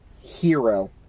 hero